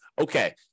okay